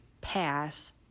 pass